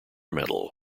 medal